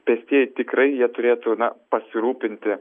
pėstieji tikrai jie turėtų na pasirūpinti